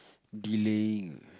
delaying